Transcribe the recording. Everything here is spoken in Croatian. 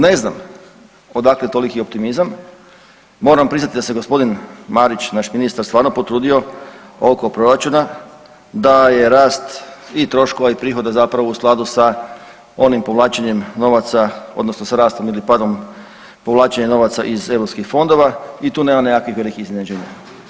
Ne znam odakle toliki optimizam, moram priznati da se g. Marić, naš ministar stvarno potrudio oko proračuna da je rast i troškova i prihoda zapravo u skladu sa onim povlačenjem novaca odnosno sa rastom ili padom povlačenja novaca iz europskih fondova i tu nema nekakvih velikih iznenađenja.